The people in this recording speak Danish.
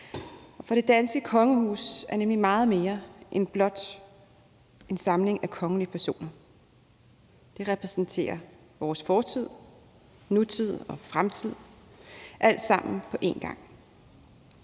For det danske kongehus er nemlig meget mere end blot en samling af kongelige personer. For det repræsenterer vores fortid, nutid og fremtid, alt sammen på én gang.